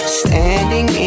standing